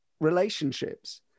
relationships